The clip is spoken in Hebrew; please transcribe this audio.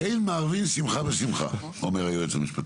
אין מערבים שמחה בשמחה, אומר היועץ המשפטי.